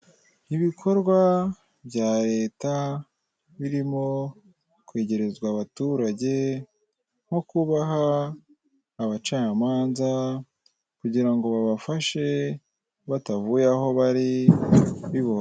Ibikorwa bya leta birimo kwegerezwa abaturage nko kubaha abacamanza kugira ngo babafashe batavuye aho bari bibo